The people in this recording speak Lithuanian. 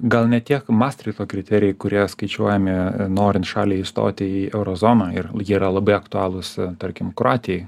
gal ne tiek mastrichto kriterijai kurie skaičiuojami norint šaliai įstoti į euro zoną ir jie yra labai aktualūs tarkim kroatijai